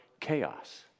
chaos